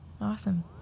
awesome